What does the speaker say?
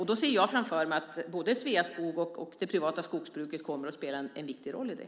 Jag ser framför mig att både Sveaskog och det privata skogsbruket kommer att spela en viktig roll i det.